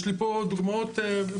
יש לי פה דוגמאות פשוטות.